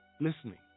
listening